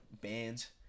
bands